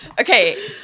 Okay